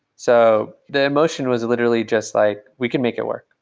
so, the emotion was literally just like we can make it work.